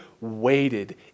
waited